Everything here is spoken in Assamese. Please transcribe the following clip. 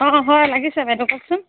অ' হয় লাগিছে বাইদেউ কওকচোন